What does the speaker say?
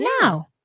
Now